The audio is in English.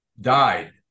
died